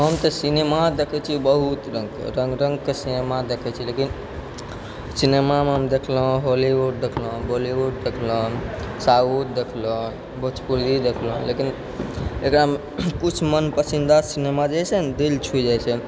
हम तऽ सिनेमा देखै छी बहुत रङ्गके रङ्ग रङ्गके सिनेमा देखै छी लेकिन सिनेमामे हम देखलहुँ हॉलीवुड देखलहुँ हॉलीवुड देखलहुँ साउथ देखलहुँ भोजपूरी देखलहुँ लेकिन एकरामे कुछ मनपसन्द सिनेमा होइ छै ने दिल छू जाइ छै